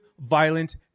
violent